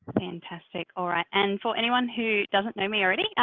fantastic. all right. and for anyone who doesn't know me already,